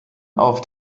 auf